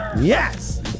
Yes